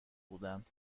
بودند